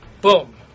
Boom